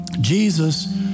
Jesus